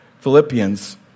Philippians